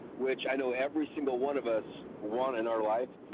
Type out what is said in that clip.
which i know every single one of us want in our lives.